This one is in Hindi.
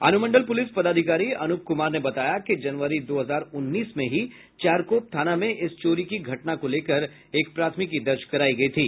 अनुमंडल पुलिस पदाधिकारी अनूप कुमार ने बताया कि जनवरी दो हजार उन्नीस में ही चारकोप थाना में इस चोरी की घटना को लेकर एक प्राथमिकी दर्ज करायी गयी थी